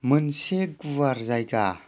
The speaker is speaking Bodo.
मोनसे गुवार जायगा